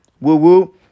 Woo-woo